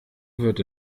wird